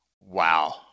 Wow